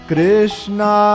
Krishna